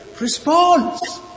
response